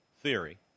theory